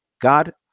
God